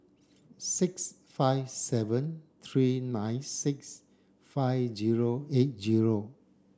six five seven three nine six five zero eight zero